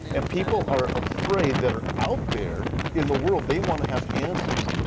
and people are afraid that are out there in the world, they want to have answers.